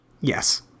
Yes